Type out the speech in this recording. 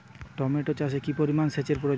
Tomato চাষে কি পরিমান সেচের প্রয়োজন?